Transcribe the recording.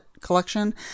collection